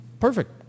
perfect